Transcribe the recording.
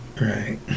right